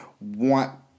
want